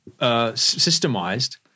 systemized